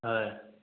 হয়